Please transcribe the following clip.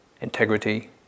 integrity